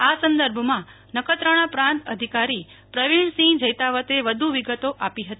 આ સંદર્ભમાં નખત્રાણા પ્રાંત અધિકારી પ્રવીણસિંહ જૈતાવતે વધુ વિગતો આપી હતી